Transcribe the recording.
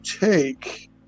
take